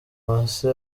uwase